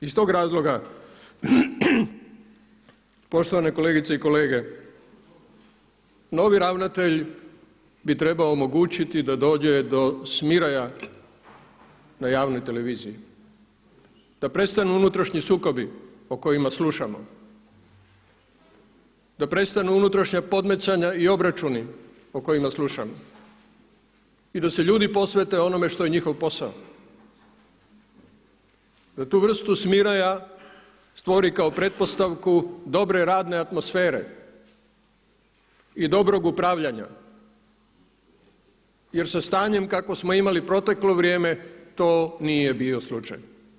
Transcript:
Iz tog razloga, poštovane kolegice i kolege, novi ravnatelj bi trebao omogućiti da dođe do smiraja na javnoj televiziji, da prestanu unutrašnji sukobi o kojima slušamo, da prestanu unutrašnja podmetanja i obračuni o kojima slušamo i da se ljudi posvete onome što je njihov posao, da tu vrstu smiraja stvori kao pretpostavku dobre radne atmosfere i dobrog upravljanja jer sa stanjem kakvo smo imali proteklo vrijeme, to nije bio slučaj.